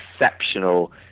exceptional